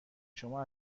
شما